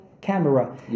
camera